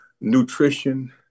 nutrition